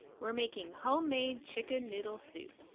we are making homemade chicken noodle soup!